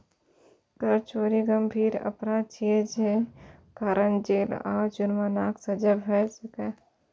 कर चोरी गंभीर अपराध छियै, जे कारण जेल आ जुर्मानाक सजा भए सकैए